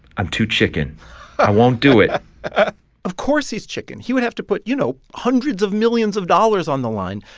i'm too chicken i won't do it of course he's chicken. he would have to put, you know, hundreds of millions of dollars on the line,